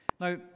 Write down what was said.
Now